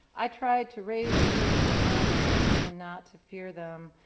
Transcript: i tried to raise you to know man and not to fear them,